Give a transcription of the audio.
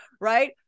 right